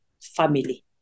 family